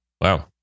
Wow